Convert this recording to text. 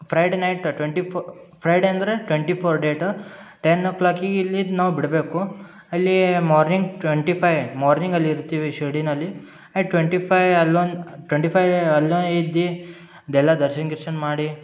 Friday night twenty four Friday ಅಂದರೆ twenty four date ten ಓ ಕ್ಲಾಕಿಗೆ ಇಲ್ಲಿಂದ ನಾವು ಬಿಡಬೇಕು ಅಲ್ಲಿ ಮಾರ್ನಿಂಗ್ ಟ್ವೆಂಟಿ ಫೈ ಮಾರ್ನಿಂಗ್ ಅಲ್ಲಿ ಇರ್ತೀವಿ ಶಿರ್ಡಿನಲ್ಲಿ ಎಟ್ ಟ್ವೆಂಟಿ ಫೈ ಅಲ್ಲೊಂದು ಟ್ವೆಂಟಿ ಫೈ ಅಲ್ಲೇ ಇದ್ದು ಅದೆಲ್ಲ ದರ್ಶನ ಗಿರ್ಶನ ಮಾಡಿ